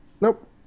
Nope